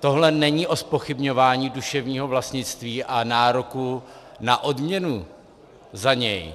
tohle není o zpochybňování duševního vlastnictví a nároku na odměnu za něj.